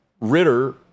Ritter